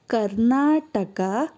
Karnataka